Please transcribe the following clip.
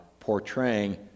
portraying